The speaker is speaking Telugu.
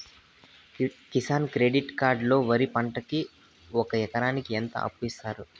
కిసాన్ క్రెడిట్ కార్డు లో వరి పంటకి ఒక ఎకరాకి ఎంత అప్పు ఇస్తారు?